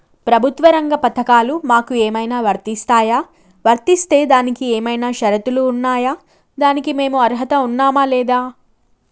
ప్రభుత్వ రంగ పథకాలు మాకు ఏమైనా వర్తిస్తాయా? వర్తిస్తే దానికి ఏమైనా షరతులు ఉన్నాయా? దానికి మేము అర్హత ఉన్నామా లేదా?